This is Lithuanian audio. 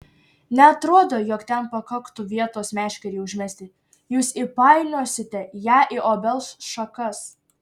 neatrodo jog ten pakaktų vietos meškerei užmesti jūs įpainiosite ją į obels šakas